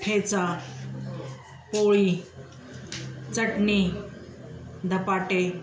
ठेचा पोळी चटणी धपाटे